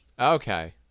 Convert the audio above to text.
Okay